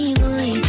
boy